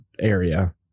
area